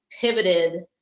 pivoted